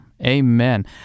Amen